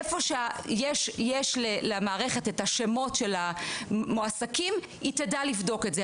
איפה שיש למערכת את השמות של המועסקים היא תדע לבדוק את זה,